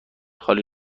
خالی